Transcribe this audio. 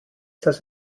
dass